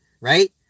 right